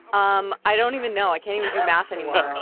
um i don't even know. i can't even do math anymore.